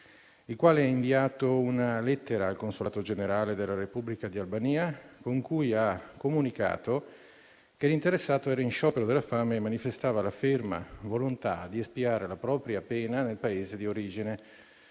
il quale ha inviato una lettera al Consolato generale della Repubblica di Albania, con cui ha comunicato che l'interessato era in sciopero della fame e manifestava la ferma volontà di espiare la propria pena nel Paese di origine,